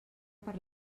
per